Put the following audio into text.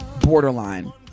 Borderline